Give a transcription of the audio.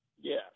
Yes